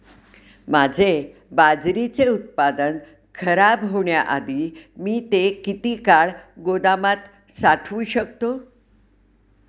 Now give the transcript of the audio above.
माझे बाजरीचे उत्पादन खराब होण्याआधी मी ते किती काळ गोदामात साठवू शकतो?